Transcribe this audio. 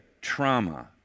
trauma